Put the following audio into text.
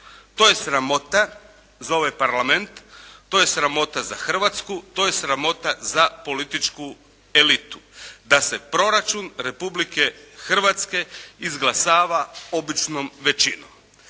To je sramota za ovaj parlament, to je sramota za Hrvatsku, to je sramota za političku elitu da se proračun Republike Hrvatske izglasava običnom većinom.